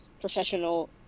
professional